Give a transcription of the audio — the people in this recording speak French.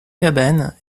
cabane